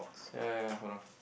ya ya ya hold on